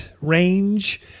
range